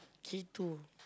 K two